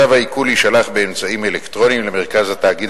צו העיקול יישלח באמצעים אלקטרוניים למרכז התאגיד